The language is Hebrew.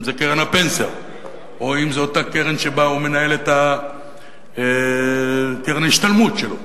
אם קרן הפנסיה אם הקרן שבה הוא מנהל את קרן ההשתלמות שלו,